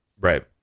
Right